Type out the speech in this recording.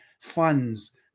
funds